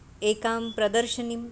एकां प्रदर्शिनीम्